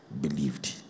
believed